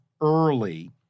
early